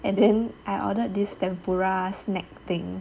and then I ordered this tempura snack thing